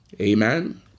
Amen